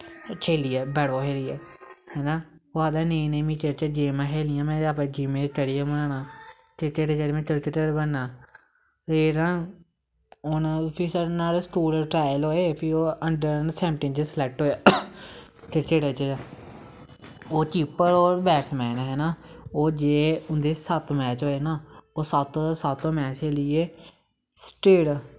खेलियै बै बॉल खेलियै हैना ओह् आखदा हा नेईं नेईं में गेमां खेलनियां में अपनां गेमें च करियर बनाना क्रिकेटर में क्रिकेटर बननां ते ना हून फिर नोहाड़े स्कूल ट्रायल होए फिर ओह् अंडर सैवन्टीन च सलैक्ट होया क्रिकेट च गै ओह् कीपर और बैट्समैन हा हैना गे उंदे सत्त मैच होए ना सत्तों दे सत्त मैच खेलियै स्टेट